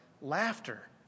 laughter